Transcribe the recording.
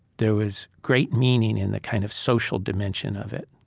there was great meaning in the kind of social dimension of it,